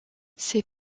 ses